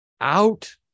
out